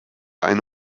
eine